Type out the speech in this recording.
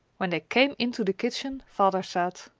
when they came into the kitchen father said,